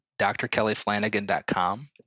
drkellyflanagan.com